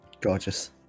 Gorgeous